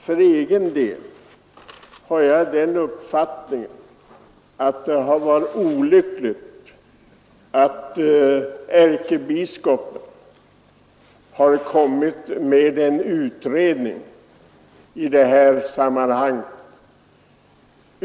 För egen del har jag den uppfattningen att det är olyckligt att ärkebiskopen satt i gång en utredning i detta sammanhang.